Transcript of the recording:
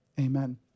amen